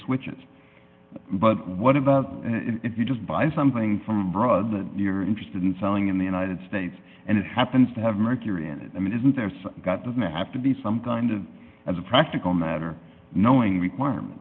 switches but what about if you just buy something from abroad that you're interested in selling in the united states and it happens to have mercury and i mean isn't there some got doesn't it have to be some kind of as a practical matter knowing